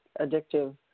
addictive